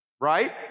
Right